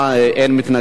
אין מתנגדים.